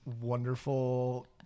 wonderful